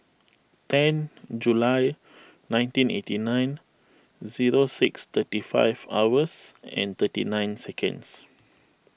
ten July nineteen eighty nine zero six thirty five hours and thirty nine seconds